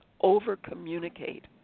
over-communicate